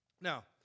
Now